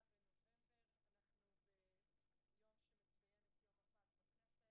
27 בנובמבר 2018. אנחנו מציינים היום את יום הפג בכנסת,